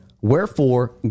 Wherefore